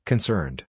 Concerned